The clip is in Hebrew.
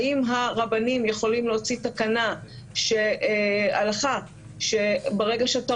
האם הרבנים יכולים להוציא הלכה שברגע שאתה